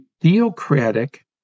theocratic